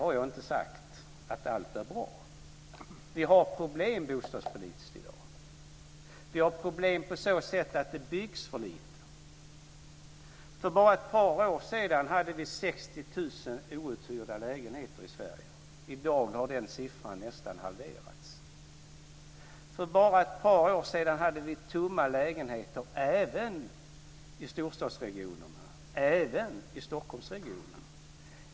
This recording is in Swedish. Därmed inte sagt att allting är bra. Vi har problem bostadspolitiskt i dag. Vi har problem på så sätt att det byggs för lite. För bara ett par år sedan fanns det 60 000 outhyrda lägenheter i Sverige. I dag är den siffran nästan halverad. För bara ett par år sedan hade vi tomma lägenheter, även i storstadsregionerna och även i Stockholm.